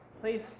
Please